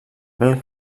bel